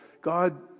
God